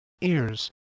ears